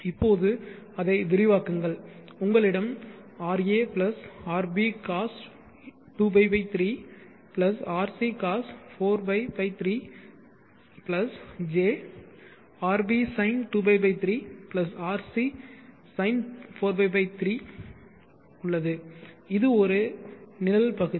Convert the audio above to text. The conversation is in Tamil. இப்போது அதை விரிவாக்குங்கள் உங்களிடம் ra rbcos 2π 3 rc cos 4π 3 j rb sin 2π 3 rc sin 4π 3 உள்ளது இது ஒரு நிழல் பகுதி